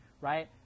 right